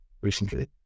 recently